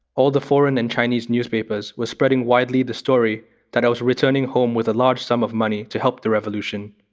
all the foreign and chinese newspapers were spreading widely the story that i was returning home with a large sum of money to help the revolution.